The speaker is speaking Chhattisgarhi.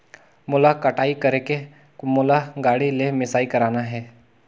मोला कटाई करेके मोला गाड़ी ले मिसाई करना हे?